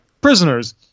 Prisoners